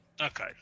Okay